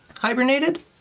hibernated